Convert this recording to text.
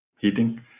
heating